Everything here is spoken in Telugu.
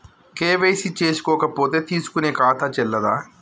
కే.వై.సీ చేసుకోకపోతే తీసుకునే ఖాతా చెల్లదా?